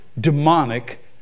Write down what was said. demonic